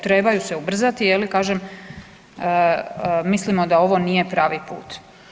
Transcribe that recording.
Trebaju se ubrzati, je li kažem, mislimo da ovo nije pravi put.